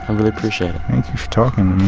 ah really appreciate it thank you for talking